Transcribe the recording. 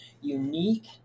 unique